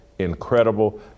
Incredible